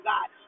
God